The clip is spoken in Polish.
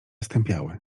stępiały